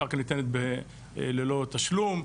קרקע ניתנת ללא תשלום,